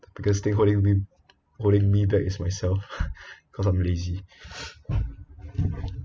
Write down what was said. biggest thing holding me holding me back is myself cause I'm lazy